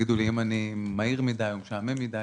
תגידו לי אם אני מהיר מדי או משעמם מדי